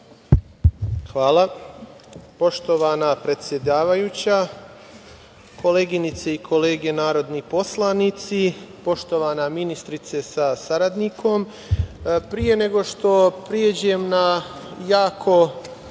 Hvala. Poštovana predsedavajuća, koleginice i kolege narodni poslanici, poštovana ministrice sa saradnikom, pre nego što pređem na jako